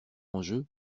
enjeu